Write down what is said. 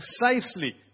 precisely